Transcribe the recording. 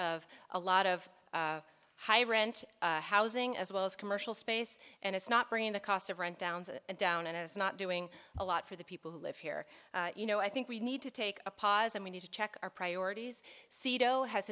of a lot of high rent housing as well as commercial space and it's not bringing the cost of rent down and down and it's not doing a lot for the people who live here you know i think we need to take a pause and we need to check our priorities